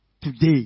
today